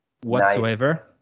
whatsoever